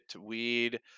weed